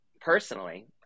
personally